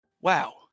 Wow